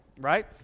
right